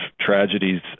tragedies